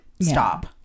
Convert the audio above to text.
stop